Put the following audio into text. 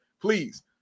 Please